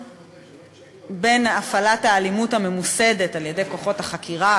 בין הפעלת האלימות הממוסדת על-ידי כוחות החקירה,